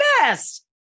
best